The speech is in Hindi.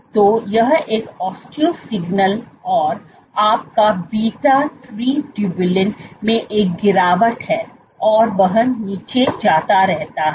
तो यह एक ओस्टियो सिग्नल है और आपका बीटा तीन ट्यूबुलिन में एक गिरावट है और वह नीचे जाता रहता है